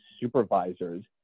supervisors